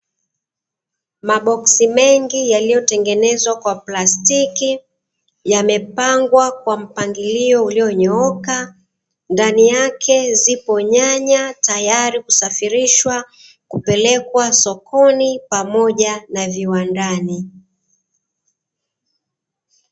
Maboksi mengi yaliyotengenezwa kwa plastiki yamepangwa kwa mpangilio ulionyooka, ndani yake zipo nyanya tayari kusafirishwa kupelekwa sokoni pamoja na viwandani.